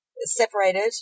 separated